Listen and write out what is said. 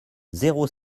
zéro